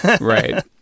Right